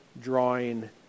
drawing